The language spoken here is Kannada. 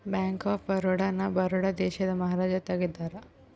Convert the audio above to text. ಬ್ಯಾಂಕ್ ಆಫ್ ಬರೋಡ ನ ಬರೋಡ ದೇಶದ ಮಹಾರಾಜ ತೆಗ್ದಾರ